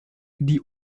die